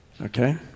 okay